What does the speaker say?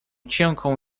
cienką